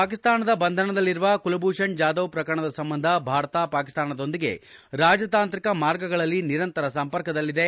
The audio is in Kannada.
ಪಾಕಿಸ್ತಾನದ ಬಂಧನದಲ್ಲಿರುವ ಕುಲಭೂಷಣ್ ಜಾಧವ್ ಪ್ರಕರಣದ ಸಂಬಂಧ ಭಾರತ ಪಾಕಿಸ್ತಾನದೊಂದಿಗೆ ರಾಜತಾಂತ್ರಿಕ ಮಾರ್ಗಗಳಲ್ಲಿ ನಿರಂತರ ಸಂಪರ್ಕದಲ್ಲಿದೆ